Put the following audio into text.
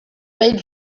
veig